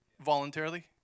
voluntarily